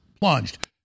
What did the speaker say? plunged